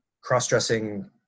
cross-dressing